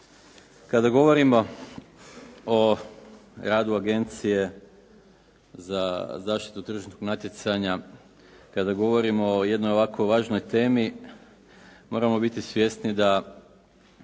Kada govorimo o radu Agencije za zaštitu tržišnog natjecanja, kada govorimo o jednoj ovako važnoj temi moramo biti svjesni da